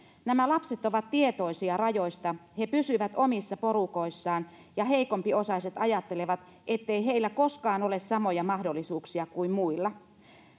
nämä lapset ovat tietoisia rajoista he pysyvät omissa porukoissaan ja heikompiosaiset ajattelevat ettei heillä koskaan ole samoja mahdollisuuksia kuin muilla